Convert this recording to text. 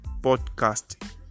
podcast